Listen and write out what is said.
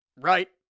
right